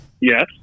yes